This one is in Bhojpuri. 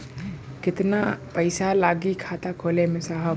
कितना पइसा लागि खाता खोले में साहब?